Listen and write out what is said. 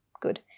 good